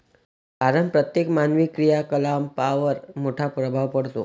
कारण प्रत्येक मानवी क्रियाकलापांवर मोठा प्रभाव पडतो